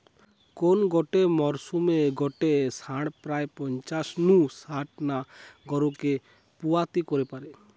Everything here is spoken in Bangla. কোন গটে মরসুমে গটে ষাঁড় প্রায় পঞ্চাশ নু শাট টা গরুকে পুয়াতি করি পারে